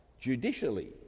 judicially